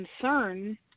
concern